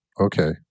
okay